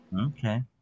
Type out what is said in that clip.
Okay